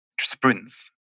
sprints